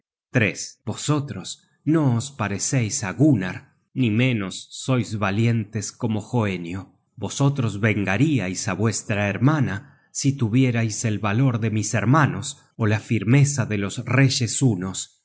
vosotros no os pareceis á gunnar ni menos sois valientes como hoenio vosotros vengaríais á vuestra hermana si tuviérais el valor de mis hermanos ó la firmeza de los reyes